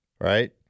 right